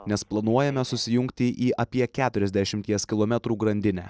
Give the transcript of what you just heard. nes planuojame susijungti į apie keturiasdešimties kilometrų grandinę